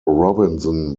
robinson